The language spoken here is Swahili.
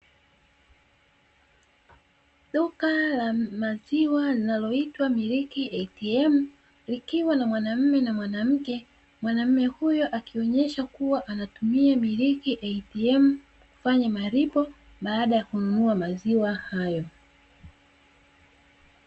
Duka la maziwa linaloitwa "Milk ATM", likiwa na mwanamume na mwanamke; mwanamume huyo akionyesha kuwa anatumia “Milk ATM”, kufanya malipo baada ya kununua maziwa hayo.